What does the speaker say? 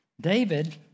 David